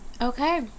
Okay